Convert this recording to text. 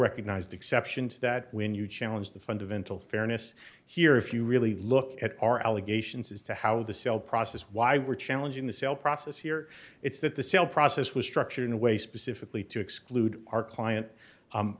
recognized exceptions that when you challenge the fundamental fairness here if you really look at our allegations as to how the sale process why we're challenging the sale process here it's that the sale process was structured in a way specifically to exclude our client